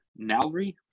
Nalry